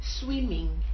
swimming